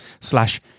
slash